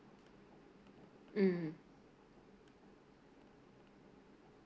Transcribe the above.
mm